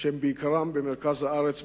בעיקר במרכז הארץ,